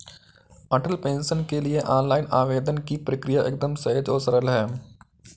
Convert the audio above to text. अटल pension के लिए online आवेदन की प्रक्रिया एकदम सहज और सरल है